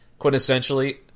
quintessentially